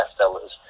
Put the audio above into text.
bestsellers